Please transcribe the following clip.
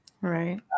Right